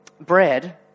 bread